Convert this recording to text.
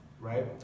right